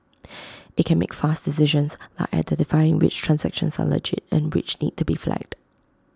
IT can make fast decisions like identifying which transactions are legit and which need to be flagged